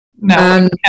No